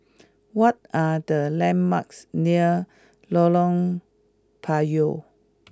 what are the landmarks near Lorong Payah